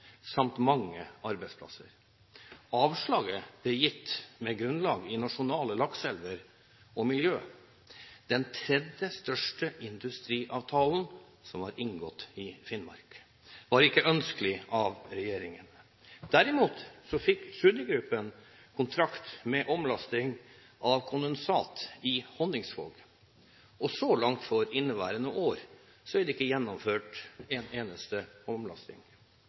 samt mange arbeidsplasser. Avslaget ble gitt med grunnlag i nasjonale lakseelver og miljø. Den tredje største industriavtalen inngått i Finnmark var ikke ønskelig for regjeringen. Derimot fikk Tschudi gruppen kontrakt på omlasting av kondensat i Honningsvåg, men så langt for inneværende år er det ikke gjennomført en eneste omlasting.